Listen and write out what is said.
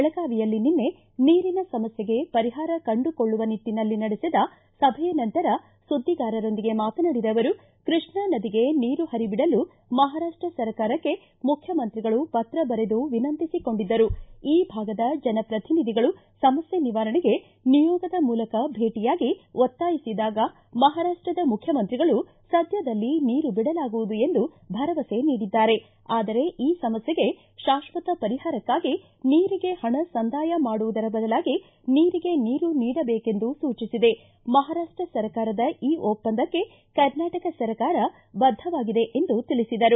ಬೆಳಗಾವಿಯಲ್ಲಿ ನಿನ್ನೆ ನೀರಿನ ಸಮಸ್ಟೆಗೆ ಪರಿಹಾರ ಕಂಡುಕೊಳ್ಳುವ ನಿಟ್ಟನಲ್ಲಿ ನಡೆಸಿದ ಸಭೆಯ ನಂತರ ಸುದ್ಗಿಗಾರರೊಂದಿಗೆ ಮಾತನಾಡಿದ ಅವರು ಕೃಷ್ಣಾ ನದಿಗೆ ನೀರು ಹರಿಬಿಡಲು ಮಹಾರಾಷ್ಟ ಸರ್ಕಾರಕ್ಕೆ ಮುಖ್ಚಮಂತ್ರಿಗಳು ಪತ್ರ ಬರೆದು ವಿನಂತಿಸಿಕೊಂಡಿದ್ದರು ಈ ಭಾಗದ ಜನಪ್ರತಿನಿಧಿಗಳು ಸಮಸ್ಥೆ ನಿವಾರಣೆಗೆ ನಿಯೋಗದ ಮೂಲಕ ಭೇಟಿಯಾಗಿ ಒತ್ತಾಯಿಸಿದಾಗ ಮಹಾರಾಷ್ಷದ ಮುಖ್ಯಮಂತ್ರಿಗಳು ಸದ್ಯದಲ್ಲಿ ನೀರು ಬಿಡಲಾಗುವುದು ಎಂದು ಭರವಸೆ ನೀಡಿದ್ದಾರೆ ಆದರೆ ಈ ಸಮಸ್ಯೆಗೆ ಶಾಕ್ಷತ ಪರಿಹಾರಕ್ತಾಗಿ ನೀರಿಗೆ ಹಣ ಸಂದಾಯ ಮಾಡುವುದರ ಬದಲಾಗಿ ನೀರಿಗೆ ನೀರು ನೀಡಬೇಕೆಂದು ಸೂಚಿಸಿದೆ ಮಹಾರಾಪ್ಸ ಸರ್ಕಾರದ ಈ ಒಪ್ಪಂದಕ್ಕೆ ಕರ್ನಾಟಕ ಸರ್ಕಾರ ಬದ್ದವಾಗಿದೆ ಎಂದು ತಿಳಿಸಿದರು